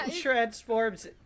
Transforms